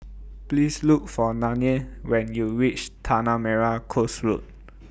Please Look For Nanie when YOU REACH Tanah Merah Coast Road